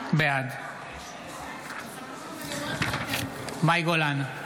בעד מאי גולן,